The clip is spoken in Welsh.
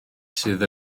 sydd